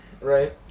Right